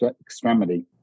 extremity